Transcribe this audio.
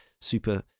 super